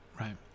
right